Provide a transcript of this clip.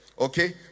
Okay